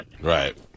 Right